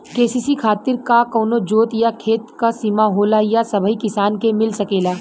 KCC खातिर का कवनो जोत या खेत क सिमा होला या सबही किसान के मिल सकेला?